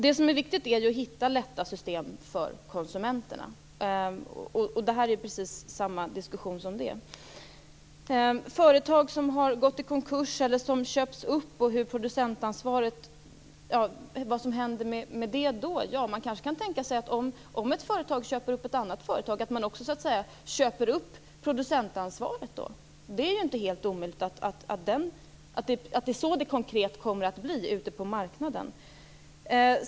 Det viktiga är att vi kan hitta lätta system för konsumenterna. Det är vad det här handlar om. Lennart Daléus frågar också vad som händer med producentansvaret om företag går i konkurs eller köps upp. Man kanske kan tänka sig att det företag som köper upp ett annat företag också "köper upp" producentansvaret. Det är inte helt omöjligt att det är så det konkret kommer att bli ute på marknaden.